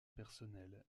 personnel